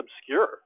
obscure